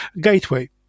gateway